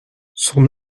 son